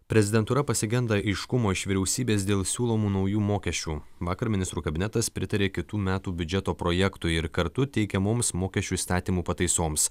prezidentūra pasigenda aiškumo iš vyriausybės dėl siūlomų naujų mokesčių vakar ministrų kabinetas pritarė kitų metų biudžeto projektui ir kartu teikiamoms mokesčių įstatymų pataisoms